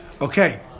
Okay